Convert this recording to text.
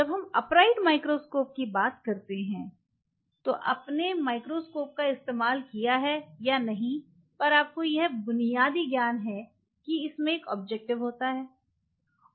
जब हम upright microscope की बात करते हैं तो आपने माइक्रोस्कोप का इस्तेमाल किया है या नहीं पर आपको यह बुनियादी ज्ञान है कि इसमे एक ऑब्जेक्टिव होता है